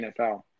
NFL